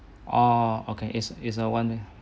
orh okay is is uh is one